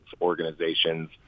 organizations